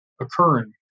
occurring